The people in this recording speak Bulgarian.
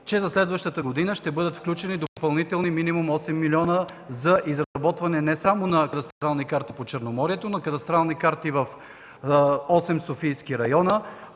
че за следващата година ще бъдат сключени допълнителни минимум осем милиона за изработване не само на кадастрални карти по Черноморието, но кадастрални карти в осем софийски района,